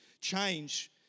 change